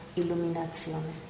illuminazione